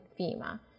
FEMA